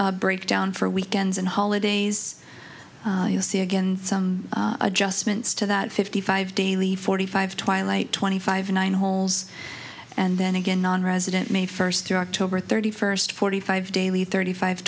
nonresident breakdown for weekends and holidays you'll see again some adjustments to that fifty five daily forty five twilight twenty five nine holes and then again nonresident may first through october thirty first forty five daily thirty five